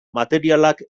materialak